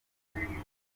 bwanakweli